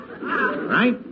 Right